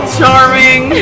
charming